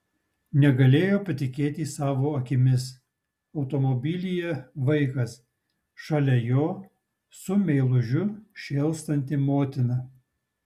negalėjo patikėti savo akimis automobilyje vaikas šalia jo su meilužiu šėlstanti motina